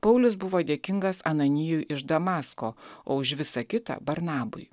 paulius buvo dėkingas ananijui iš damasko o už visa kita barnabui